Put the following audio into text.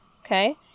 Okay